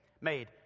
made